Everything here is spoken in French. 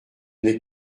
n’est